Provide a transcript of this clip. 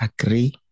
agree